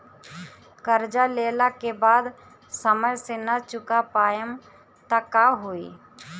कर्जा लेला के बाद समय से ना चुका पाएम त का होई?